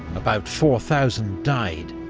about four thousand died.